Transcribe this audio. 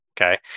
Okay